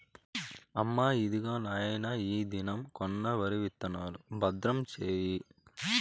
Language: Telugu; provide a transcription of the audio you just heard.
అమ్మా, ఇదిగో నాయన ఈ దినం కొన్న వరి విత్తనాలు, భద్రం సేయి